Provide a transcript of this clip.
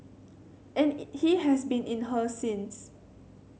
and he has been in her since